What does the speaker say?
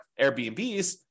Airbnbs